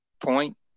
Point